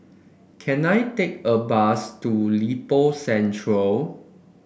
can I take a bus to Lippo Centre